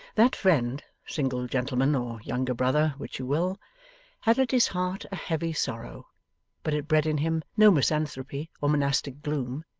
that friend single gentleman, or younger brother, which you will had at his heart a heavy sorrow but it bred in him no misanthropy or monastic gloom.